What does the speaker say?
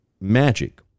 magic